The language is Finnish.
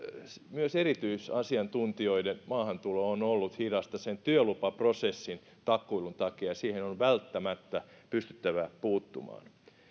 myös erityisasiantuntijoiden maahantulo on ollut hidasta sen työlupaprosessin takkuilun takia ja siihen on sen sijaan välttämättä pystyttävä puuttumaan